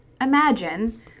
imagine